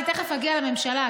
ואני תכף אגיע לממשלה,